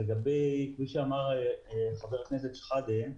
כפי שאמר חבר הכנסת שחאדה.